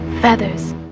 feathers